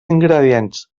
ingredients